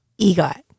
EGOT